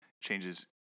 changes